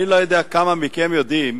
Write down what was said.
אני לא יודע כמה מכם יודעים